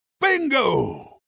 Bingo